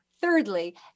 thirdly